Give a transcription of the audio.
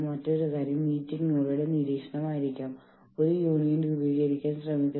കുറച്ച് ഫ്ളക്സ്ബിലിറ്റിക്ക് നിങ്ങൾ നിങ്ങളുടെ ബോസിനോട് അഭ്യർത്ഥിക്കുന്നു